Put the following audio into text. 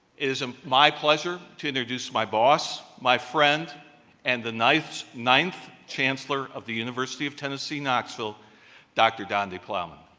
is a my pleasure to introduce my boss my friend and the ninth ninth chancellor of the university of tennessee knoxville dr. don d um and